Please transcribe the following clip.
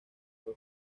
fue